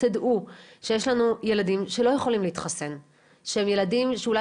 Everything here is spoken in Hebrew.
תדעו שיש לנו ילדים שלא יכולים להתחסן שהם ילדים שאולי